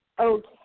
okay